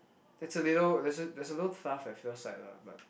it's a little there's there's a little at first sight lah but